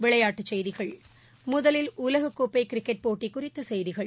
விளையாட்டுச் செய்திகள் முதலில் உலகக்கோப்பைகிரிக்கெட் போட்டிகுறித்தசெய்திகள்